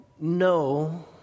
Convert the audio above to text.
No